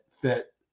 fit